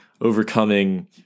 overcoming